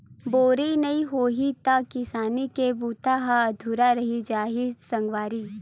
बोरी नइ होही त किसानी के बूता ह अधुरा रहि जाही सगवारी